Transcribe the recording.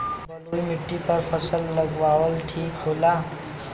बलुई माटी पर फसल उगावल ठीक होला?